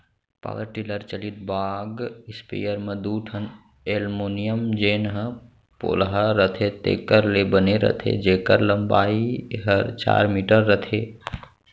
power tiller चलित बाग sprayer म दू ठन एलमोनियम जेन ह पोलहा रथे तेकर ले बने रथे जेकर लंबाई हर चार मीटर रथे